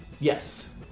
Yes